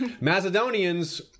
Macedonians